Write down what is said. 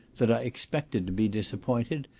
that i expected to be disappointed,